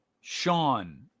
Sean